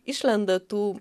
išlenda tų